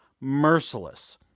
merciless